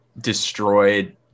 destroyed